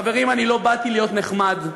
חברים, אני לא באתי להיות נחמד.